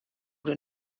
der